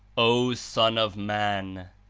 o son of man!